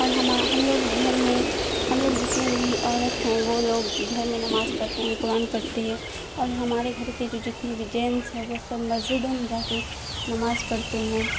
اور ہم لوگ گھر میں ہم لوگ جتنے بھی عورت ہیں وہ لوگ گھر میں نماز پڑھتے ہیں قرآن پڑھتے ہیں اور ہمارے گھر کے جو جتنے بھی جینس ہیں وہ سب مسجدوں میں جا کے نماز پڑھتے ہیں